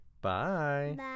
Bye